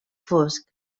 fosc